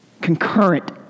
concurrent